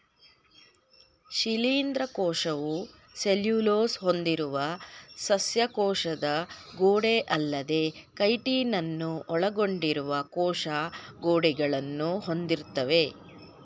ಶಿಲೀಂಧ್ರ ಕೋಶವು ಸೆಲ್ಯುಲೋಸ್ ಹೊಂದಿರುವ ಸಸ್ಯ ಕೋಶದ ಗೋಡೆಅಲ್ಲದೇ ಕೈಟಿನನ್ನು ಒಳಗೊಂಡಿರುವ ಕೋಶ ಗೋಡೆಗಳನ್ನು ಹೊಂದಿರ್ತವೆ